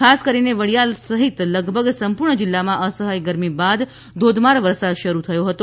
ખાસ કરીને વડિયા સહિત લગભગ સંપૂર્ણ જીલ્લામાં અસહ્ય ગરમી બાદ ધોધમાર વરસાદ શરૂ થયો છે